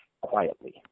quietly